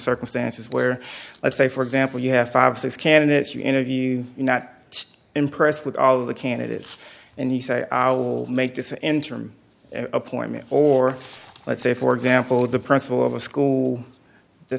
circumstances where let's say for example you have five six candidates you interview not impressed with all of the candidates and you say i will make this an interim appointment or let's say for example the principal of a school the